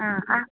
हा